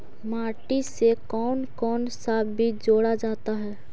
माटी से कौन कौन सा बीज जोड़ा जाता है?